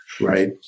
right